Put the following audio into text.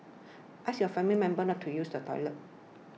ask your family members not to use the toilet